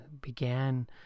began